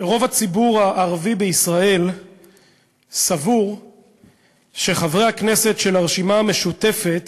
רוב הציבור הערבי בישראל סבור שחברי הכנסת של הרשימה המשותפת